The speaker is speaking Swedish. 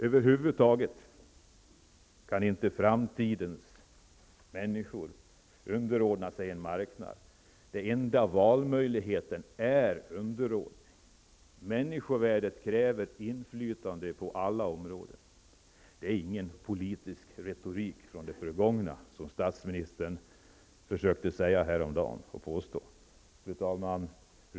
Över huvud taget kan inte framtidens människor underordna sig en marknad där den enda valmöjligheten är underordning. Människovärdet kräver inflytande på alla områden. Det är ingen politisk retorik från det förgångna, som statsministern påstod häromdagen. Fru talman!